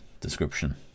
description